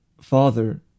Father